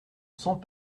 sent